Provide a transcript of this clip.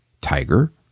tiger